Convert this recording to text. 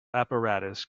apparatus